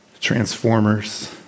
Transformers